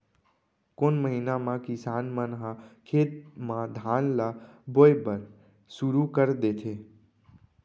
कोन महीना मा किसान मन ह खेत म धान ला बोये बर शुरू कर देथे?